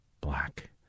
black